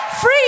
Free